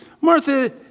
Martha